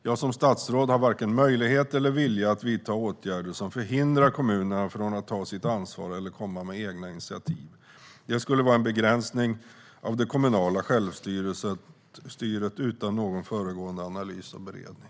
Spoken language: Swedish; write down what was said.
Jag som statsråd har varken möjlighet eller vilja att vidta åtgärder som förhindrar kommunerna att ta sitt ansvar eller att komma med egna initiativ. Det skulle vara en begränsning av det kommunala självstyret utan någon föregående analys och beredning.